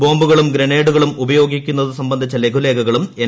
ബോംബുകളും ഗ്രനേഡുകളും ഉപയോഗിക്കുന്നത് സംബന്ധിച്ച ലഘുലേഖകളും എൻ